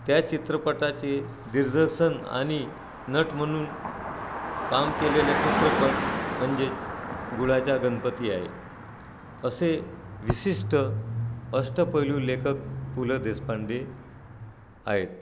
त्या चित्रपटाचे दिग्दर्शन आणि नट म्हणून काम केलेलं चित्रपट म्हणजेच गुळाचा गणपती आहे असे विशिष्ट अष्टपैलू लेखक पु ल देशपांडे आहेत